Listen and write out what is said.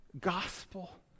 gospel